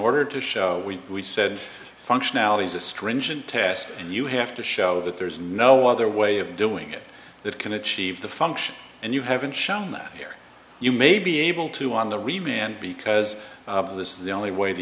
order to show we we said functionality is a stringent test and you have to show that there's no other way of doing it that can achieve the function and you haven't shown that here you may be able to on the wee man because this is the only way to